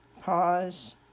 pause